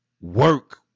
work